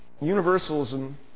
universalism